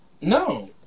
No